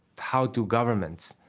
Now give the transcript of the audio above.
how do governments